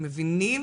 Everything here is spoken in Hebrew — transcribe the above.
מבינים